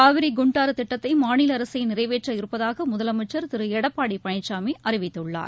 காவிரி குண்டாறு திட்டத்தை மாநில அரசே நிறைவேற்ற இருப்பதாக முதலமைச்சர் திரு எடப்பாடி பழனிசாமி அறிவித்துள்ளார்